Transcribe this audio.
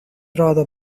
rather